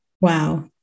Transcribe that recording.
Wow